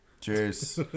Cheers